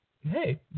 hey